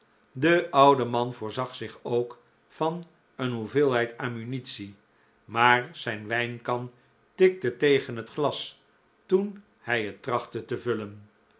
de oude man voorzag zich ook van een hoeveelheid ammunitie maar zijn wijnkan tikte tegen het glas toen hij het trachtte te vullen